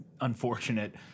unfortunate